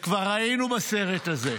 כבר היינו בסרט הזה.